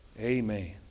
Amen